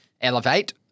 Elevate